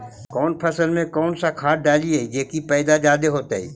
कौन फसल मे कौन सा खाध डलियय जे की पैदा जादे होतय?